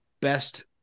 best